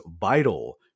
vital